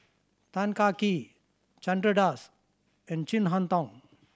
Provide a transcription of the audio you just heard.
Tan Kah Kee Chandra Das and Chin Harn Tong